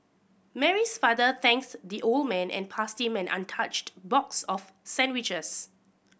Mary's father thanks the old man and passed him an untouched box of sandwiches